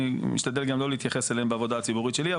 אני משתדל גם לא להתייחס אליהן בעבודה הציבורית שלי.